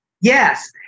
Yes